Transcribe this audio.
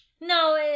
no